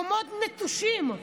מקומות נטושים,